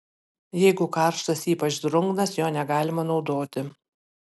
jeigu karštas ypač drungnas jo negalima naudoti